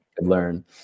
learn